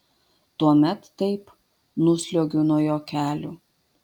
tuomet taip nusliuogiu nuo jo kelių